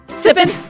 Sipping